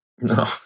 No